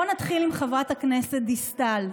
בואו נתחיל עם חברת הכנסת דיסטל,